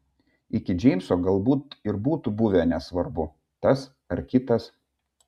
iki džeimso galbūt ir būtų buvę nesvarbu tas ar kitas